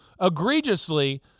egregiously